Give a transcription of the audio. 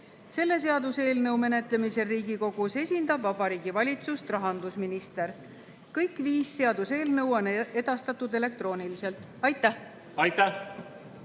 Selle seaduseelnõu menetlemisel Riigikogus esindab Vabariigi Valitsust rahandusminister. Kõik viis seaduseelnõu on edastatud elektrooniliselt. Aitäh!